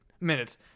minutes